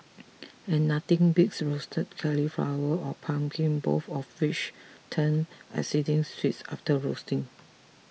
and nothing beats roasted cauliflower or pumpkin both of which turn exceedingly sweets after roasting